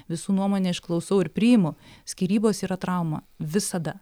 visų nuomonę išklausau ir priimu skyrybos yra trauma visada